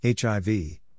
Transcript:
HIV